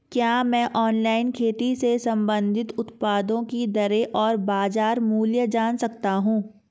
क्या मैं ऑनलाइन खेती से संबंधित उत्पादों की दरें और बाज़ार मूल्य जान सकता हूँ?